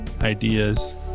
ideas